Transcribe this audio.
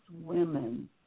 women